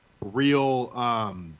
real